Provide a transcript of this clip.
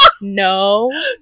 no